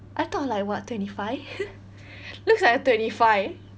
I thought like what twenty five looks like a twenty five